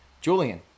Julian